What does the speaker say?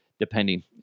Depending